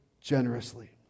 generously